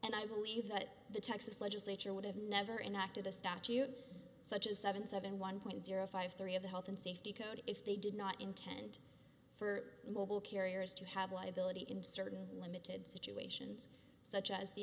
and i believe that the texas legislature would have never interacted a statute such as seven seven one point zero five three of the health and safety code if they did not intend for mobile carriers to have liability in certain limited situations such as the